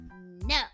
No